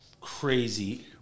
crazy